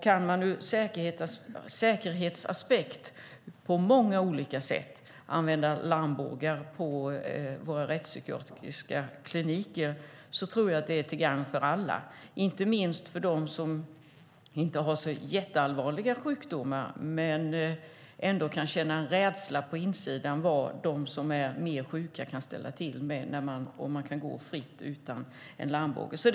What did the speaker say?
Kan man från säkerhetsaspekt på många olika sätt använda larmbågar på våra rättspsykiatriska kliniker tror jag att det är till gagn för alla, inte minst för dem som inte har så jätteallvarliga sjukdomar och som kan känna en rädsla för vad de som är mer sjuka kan ställa till med om de får gå fritt utan att passera en larmbåge. Fru talman!